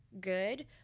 good